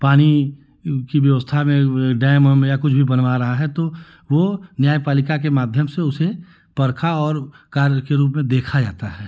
पानी की व्यवस्था में डैम वैम या कुछ भी बनवा रहा है तो वो न्याय पालिका के माध्यम से उसे परखा और कार्य के रूप में देखा जाता है